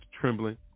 trembling